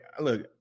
Look